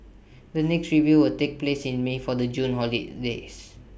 the next review will take place in may for the June holidays